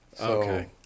Okay